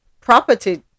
property